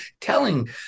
telling